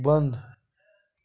بنٛد